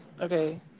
Okay